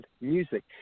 music